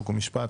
חוק ומשפט.